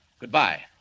goodbye